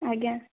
ଆଜ୍ଞା